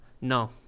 No